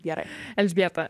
gerai elžbieta